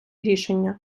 рішення